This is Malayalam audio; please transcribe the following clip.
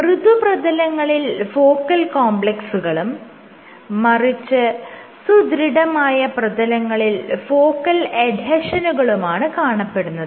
മൃദുപ്രതലങ്ങളിൽ ഫോക്കൽ കോംപ്ലെക്സുകളും മറിച്ച് സുദൃഢമായ പ്രതലങ്ങളിൽ ഫോക്കൽ എഡ്ഹെഷനുകളുമാണ് കാണപ്പെടുന്നത്